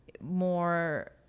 more